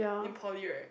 in poly right